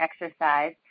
exercise